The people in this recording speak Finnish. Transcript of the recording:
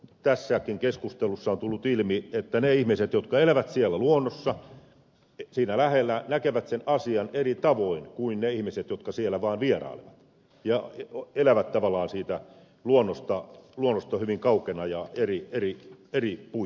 tässäkin keskustelussa on tullut ilmi että ne ihmiset jotka elävät siellä luonnossa siinä lähellä näkevät sen asian eri tavoin kuin ne ihmiset jotka siellä vaan vierailevat ja elävät tavallaan siitä luonnosta hyvin kaukana ja eri puitteissa